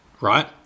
right